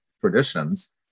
traditions